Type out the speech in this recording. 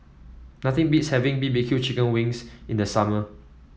nothing beats having B B Q Chicken Wings in the summer